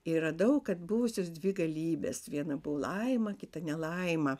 ir radau kad buvusios dvi galybės viena buvo laima kita ne laima